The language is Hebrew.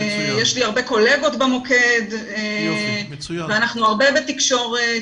יש לי הרבה קולגות במוקד ואנחנו הרבה בתקשורת.